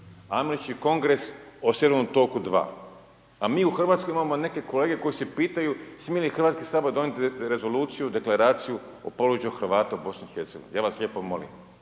reći Kongres o Sjevernom toku II, a mi u Hrvatskoj imamo neke kolege koji se pitaju smije li Hrvatski sabor donijeti rezoluciju, deklaraciju o položaju Hrvata u Bosni i Hercegovini, ja vas lijepo molim